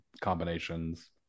combinations